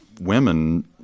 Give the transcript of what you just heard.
women